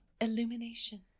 Illumination